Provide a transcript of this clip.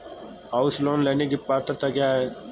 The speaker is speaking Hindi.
हाउस लोंन लेने की पात्रता क्या है?